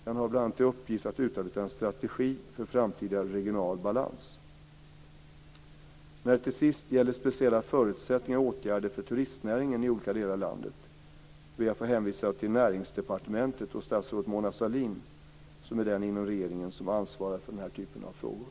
Den har bl.a. till uppgift att utarbeta en strategi för framtida regional balans. När det till sist gäller speciella förutsättningar och åtgärder för turistnäringen i olika delar av landet ber jag att få hänvisa till Näringsdepartementet och statsrådet Mona Sahlin, som är den inom regeringen som ansvarar för den typen av frågor.